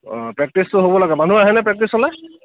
প্ৰেক্টিচটো হ'ব লাগে মানুহ আহেনে প্ৰেক্টিচলৈ